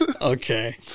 Okay